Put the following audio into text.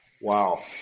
Wow